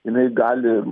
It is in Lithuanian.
jinai gali